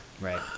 Right